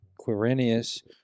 Quirinius